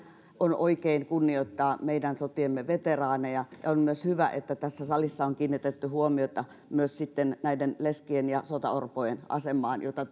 on oikein kunnioittaa meidän sotiemme veteraaneja ja on myös hyvä että tässä salissa on kiinnitetty huomiota myös näiden leskien ja sotaorpojen asemaan jota